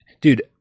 dude